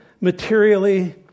materially